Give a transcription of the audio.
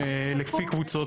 לפי קבוצות